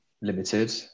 limited